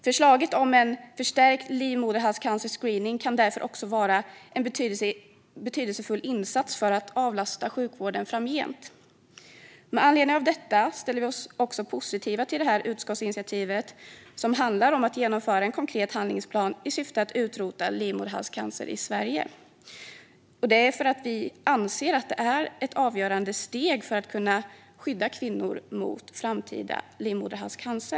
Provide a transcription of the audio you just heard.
Förslaget om en förstärkt livmoderhalscancerscreening kan därför också vara en betydelsefull insats för att avlasta sjukvården framgent. Med anledning av detta ställer vi oss också positiva till det här utskottsinitiativet, som handlar om att genomföra en konkret handlingsplan i syfte att utrota livmoderhalscancer i Sverige. Vi gör det då vi anser att det är ett avgörande steg för att kunna skydda kvinnor mot framtida livmoderhalscancer.